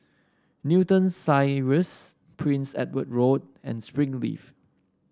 Newton Cirus Prince Edward Road and Springleaf